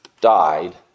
died